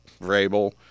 Vrabel